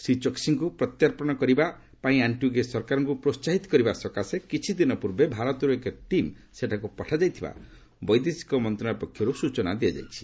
ଶ୍ରୀ ଚୋକ୍ସିଙ୍କୁ ପ୍ରତ୍ୟର୍ପଣ କରିବାପାଇଁ ଆଣ୍ଟିଗୁଏ ସରକାରଙ୍କୁ ପ୍ରୋହାହିତ କରିବା ସକାଶେ କିଛିଦିନ ପୂର୍ବେ ଭାରତରୁ ଏକ ଟିମ୍ ସେଠାକୁ ପଠାଯାଇଥିବା ବୈଦେଶିକ ମନ୍ତ୍ରଣାଳୟ ପକ୍ଷରୁ କୁହାଯାଇଛି